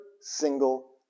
single